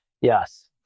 Yes